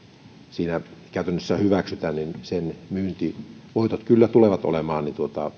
siinä käytännössä hyväksytä sen myyntivoitot kyllä tulevat olemaan